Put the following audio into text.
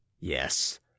yes